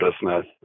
business